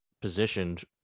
positioned